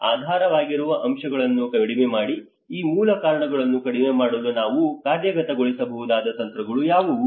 ಆಧಾರವಾಗಿರುವ ಅಂಶಗಳನ್ನು ಕಡಿಮೆ ಮಾಡಿ ಈ ಮೂಲ ಕಾರಣಗಳನ್ನು ಕಡಿಮೆ ಮಾಡಲು ನಾವು ಕಾರ್ಯಗತಗೊಳಿಸಬಹುದಾದ ತಂತ್ರಗಳು ಯಾವುವು